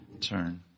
turn